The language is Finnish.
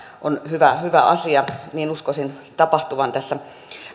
hyvä hyvä asia ja niin uskoisin tapahtuvan tässä